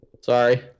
Sorry